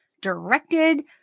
directed